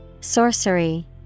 Sorcery